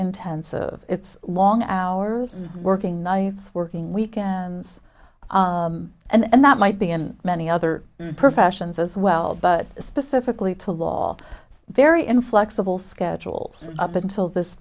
intensive it's long hours is working nights working weekends and that might be in many other professions as well but specifically to law very inflexible schedules up until this